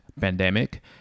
pandemic